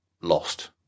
Lost